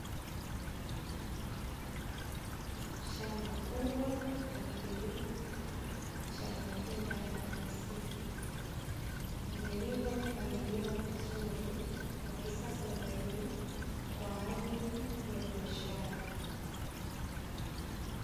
Shamba kubwa la kilimo cha matunda ya nanasi, lililopangiliwa vizuri kwa kisasa zaidi kwa ajili ya biashara.